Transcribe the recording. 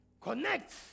Connect